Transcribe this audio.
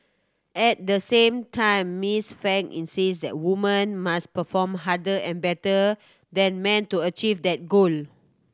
at the same time Miss Frank insists that woman must perform harder and better than men to achieve that goal